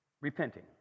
repenting